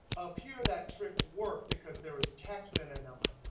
up here, that trick worked because there was text and a number.